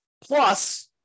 Plus